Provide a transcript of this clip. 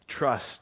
Trust